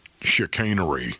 chicanery